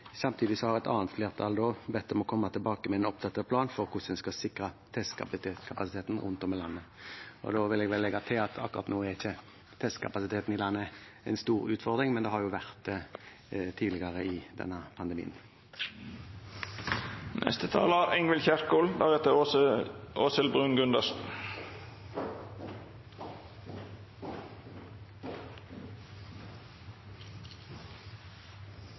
samtidig ber et annet flertall regjeringen om å komme tilbake med en oppdatert plan for hvordan en skal sikre testkapasiteten rundt om i landet. Da vil jeg legge til at akkurat nå er ikke testkapasiteten i landet en stor utfordring, men den har jo vært det tidligere i denne